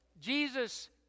Jesus